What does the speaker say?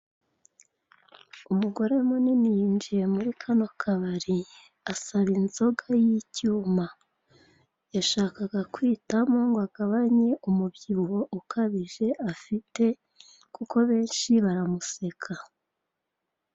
Umugore munini yinjiye muri kano kabari asaba inzoga y'icyuma. Yashakaga ku itamo ngo agabanye umubyibuho ukabije afite kuko benshi baramuseka.